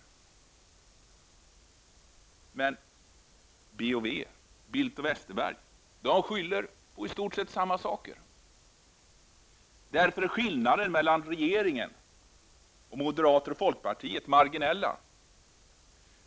Men B & W -- Bildt och Westerberg -- skyller på i stort sett samma saker! Därför är skillnaderna mellan regeringen och moderaterna och folkpartiet marginella.